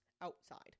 outside